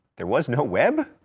there was no web?